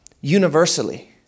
universally